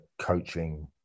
coaching